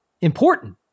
important